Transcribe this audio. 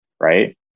right